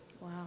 Wow